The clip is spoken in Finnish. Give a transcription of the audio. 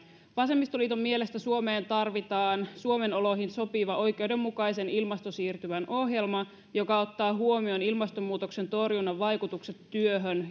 vasemmistoliiton mielestä suomeen tarvitaan suomen oloihin sopiva oikeudenmukaisen ilmastosiirtymän ohjelma joka ottaa huomioon ilmastonmuutoksen torjunnan vaikutukset työhön